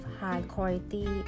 high-quality